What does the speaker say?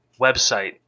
website